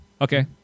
okay